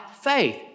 faith